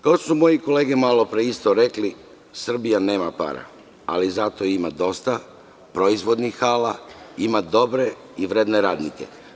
Kao što su moje kolege malopre isto rekle – Srbija nema para, ali zato ima dosta proizvodnih hala, ima dobre i vredne radnike.